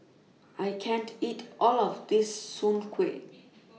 I can't eat All of This Soon Kway